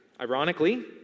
ironically